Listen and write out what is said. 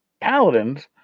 paladins